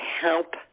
help